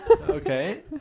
Okay